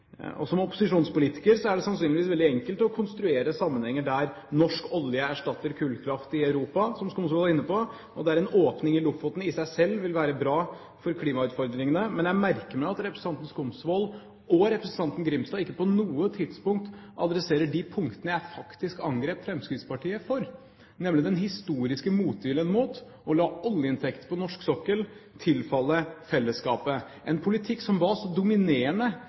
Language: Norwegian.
Og som opposisjonspolitiker er det sannsynligvis veldig enkelt å konstruere sammenhenger der norsk olje erstatter kullkraft i Europa – som Skumsvoll var inne på – og der en åpning i Lofoten i seg selv vil være bra for klimautfordringene. Men jeg merker meg at representanten Skumsvoll og representanten Grimstad ikke på noe tidspunkt adresserer de punktene jeg faktisk angrep Fremskrittspartiet for, nemlig den historiske motviljen mot å la oljeinntekter på norsk sokkel tilfalle fellesskapet, en politikk som var så dominerende